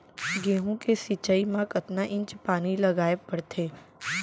गेहूँ के सिंचाई मा कतना इंच पानी लगाए पड़थे?